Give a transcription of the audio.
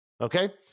Okay